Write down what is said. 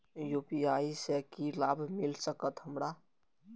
UPI से की लाभ मिल सकत हमरा?